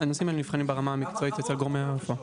הנושאים האלה נבחנים ברמה המקצועית אצל גורמי הרפואה.